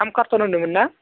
थाम कार्टन होनदोंमोन ना